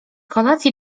kolacji